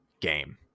game